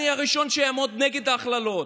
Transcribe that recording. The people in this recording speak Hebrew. אני הראשון שאעמוד נגד הכללות,